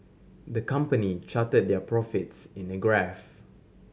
the company charted their profits in a graph